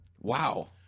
Wow